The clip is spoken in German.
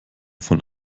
von